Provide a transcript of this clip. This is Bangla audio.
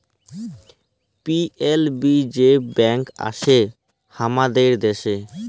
পি.এল.বি যে ব্যাঙ্ক আসে হামাদের দ্যাশে